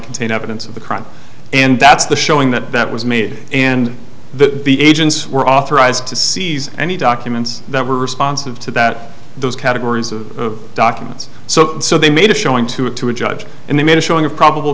contain evidence of the crime and that's the showing that that was made and the the agents were authorized to seize any documents that were responsive to that those categories of documents so so they made a showing to it to a judge and they made a showing of probable